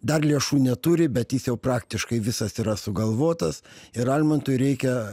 dar lėšų neturi bet jis jau praktiškai visas yra sugalvotas ir almantui reikia